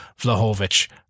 Vlahovic